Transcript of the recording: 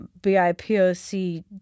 BIPOC